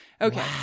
Okay